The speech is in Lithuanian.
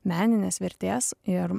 meninės vertės ir